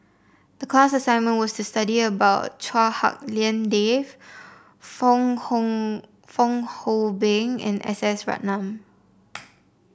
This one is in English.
the class assignment was to study about Chua Hak Lien Dave Fong Fong Hoe Beng and S S Ratnam